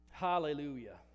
hallelujah